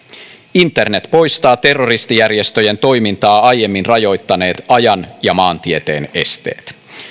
internet poistaa terroristijärjestöjen toimintaa aiemmin rajoittaneet ajan ja maantieteen esteet